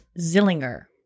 Zillinger